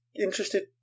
interested